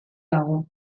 dago